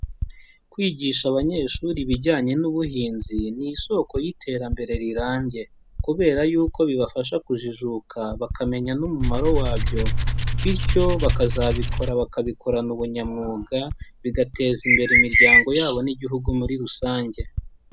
Kwigisha abanyeshuri ibijyanye n'ubuhinzi ni isoko y'iterambere rirambye. Kubera y'uko bibafasha kujijuka bakamenya n'umumaro wabyo, bityo bakazabikora bakabikorana ubunyamwuga bigateza imbere imiryango yabo n'igihugu muri rusange.